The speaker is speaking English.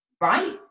right